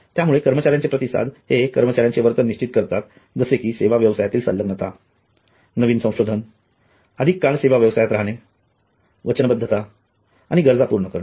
त्यामुळे कर्मचाऱ्यांचे प्रतिसाद हे कर्मचाऱ्यांचे वर्तन निश्चित करतात जसे कि सेवा व्यवसायातील संलग्नता नवीन संशोधन अधिक काळ सेवा व्यवसायात राहणे वचनबद्धता आणि गरजा पूर्ण करणे